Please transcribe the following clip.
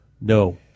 No